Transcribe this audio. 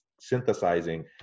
synthesizing